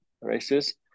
races